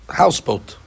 houseboat